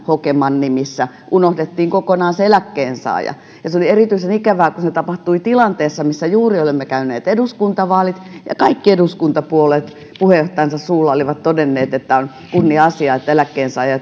hokeman nimissä unohdettiin kokonaan eläkkeensaaja ja se oli erityisen ikävää kun se tapahtui tilanteessa missä olimme juuri käyneet eduskuntavaalit ja kaikki eduskuntapuolueet puheenjohtajansa suulla olivat todenneet että on kunnia asia että eläkkeensaajien